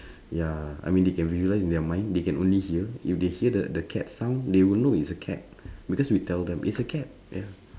ya I mean they can visualise in their mind they can only hear if they hear the the cat sound they will know it's a cat because we tell them it's a cat ya